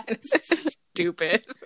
Stupid